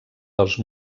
dels